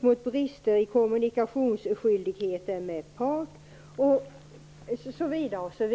mot brister i kommunikationsskyldigheter med part osv.